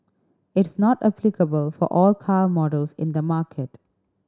it's not applicable for all car models in the market